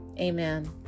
amen